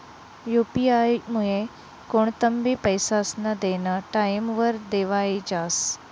UP आयमुये कोणतंबी पैसास्नं देनं टाईमवर देवाई जास